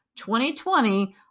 2020